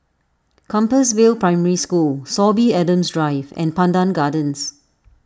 Compassvale Primary School Sorby Adams Drive and Pandan Gardens